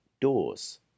doors